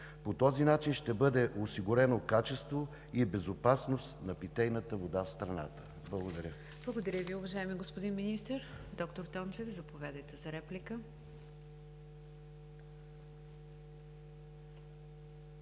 По този начин ще бъде осигурено качество и безопасност на питейната вода в страната. Благодаря. ПРЕДСЕДАТЕЛ НИГЯР ДЖАФЕР: Благодаря Ви, уважаеми господин Министър. Доктор Тончев, заповядайте за реплика.